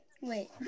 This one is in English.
wait